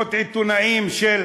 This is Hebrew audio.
ומסיבות עיתונאים, של